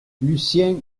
lucien